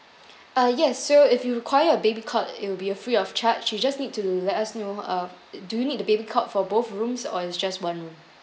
uh yes so if you require a baby cot it will be a free of charge you just need to let us know uh do need the baby cot for both rooms or it's just one room